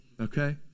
Okay